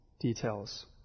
details